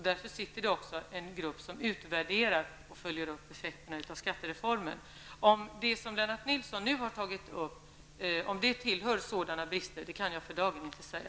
Därför har det också tillsatts en grupp som utvärderar och följer upp effekterna av skattereformen. Om det som Lennart Nilsson tog upp är föremål för utvärdering kan jag för dagen inte säga.